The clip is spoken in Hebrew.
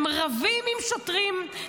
הם רבים עם שוטרים,